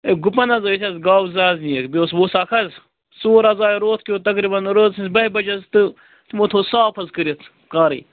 ہے گُپَن حظ ٲسۍ اَسہِ گاوٕ زٕ حظ نِیِکھ بیٚیہِ اوس ووٚژھ اَکھ حظ ژوٗر حظ آے روتھ کیُتھ تقریٖباً رٲژ سٕنٛزِ بَہہِ بَجہِ حظ تہٕ تِمو تھوٚو صاف حظ کٔرِتھ کارٕے